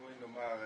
בואי נאמר,